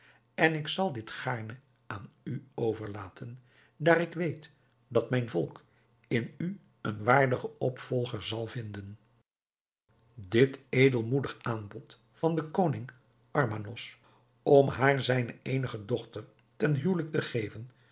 en ik zal dit gaarne aan u overlaten daar ik weet dat mijn volk in u een waardigen opvolger zal vinden dit edelmoedige aanbod van den koning armanos om haar zijne eenige dochter ten huwelijk te geven